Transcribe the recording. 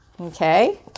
okay